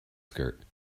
skirt